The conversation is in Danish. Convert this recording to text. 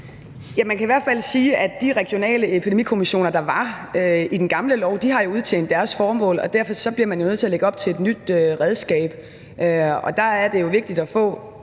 Man kan i hvert fald sige, at de regionale epidemikommissioner, der var i den gamle lov, jo har udtjent deres formål, og derfor bliver man nødt til at lægge op til et nyt redskab. Der er det jo vigtigt at få